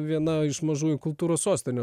viena iš mažųjų kultūros sostinių